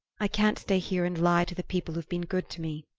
i can't stay here and lie to the people who've been good to me.